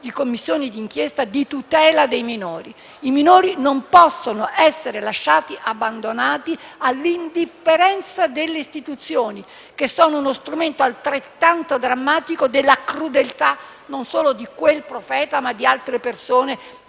Commissione di inchiesta sulla tutela dei minori. I minori non possono essere lasciati abbandonati all'indifferenza delle istituzioni, che sono uno strumento altrettanto drammatico della crudeltà, non solo di quel «profeta», ma di altre persone che